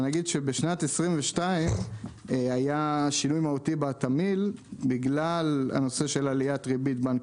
בשנת 2022 היה שינוי מהותי בתמהיל בגלל עליית הריבית בבנק